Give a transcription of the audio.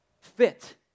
fit